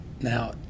Now